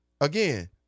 again